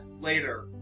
later